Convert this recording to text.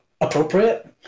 appropriate